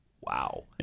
Wow